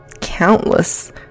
countless